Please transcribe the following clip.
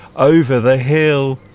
over the hill